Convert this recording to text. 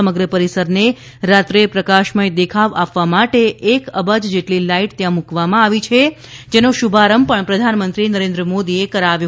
સમગ્ર પરિસર ને રાત્રે પ્રકાશમય દેખાવ આપવા માટે એક અબજ જેટલી લાઈટ ત્યાં મૂકવામાં આવી છે જેનો શુભારંભ પણ પ્રધાનમંત્રી નરેન્દ્ર મોદીએ કરાવ્યો